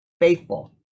faithful